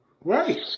Right